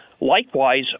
Likewise